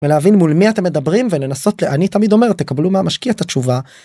ולהבין מול מי אתם מדברים ולנסות אני תמיד אומר תקבלו מהמשקיע את התשובה.